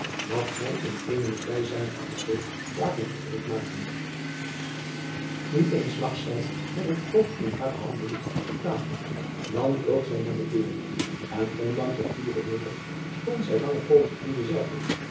dat hij in eene nabijzijnde apotheek had laten geregd maken u eens lag zij met het hoofd in hare handen op de tafel dan vloog zij naar de deur en ondanks het gure weder stond zij lange poozen in dezelve